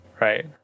Right